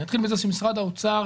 אני אתחיל מזה שמשרד האוצר,